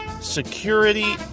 Security